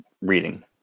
Reading